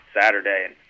Saturday